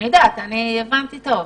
כן, אני הבנתי טוב.